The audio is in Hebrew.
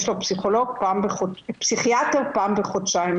יש לו פסיכיאטר פעם בחודשיים.